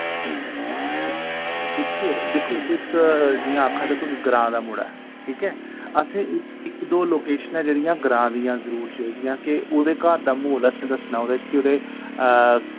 दिक्खो दिक्खो तुस जि'यां आखा दे दिक्खो इक ग्रां दा मुड़ा ऐ ठीक ऐ असें इक दो लोकेशनां जेह्ड़ियां ग्रां दि'यां जरूर चाहिदियां के उ'दे घर दा म्हौल असें दस्सना ओह्दे च कि उदे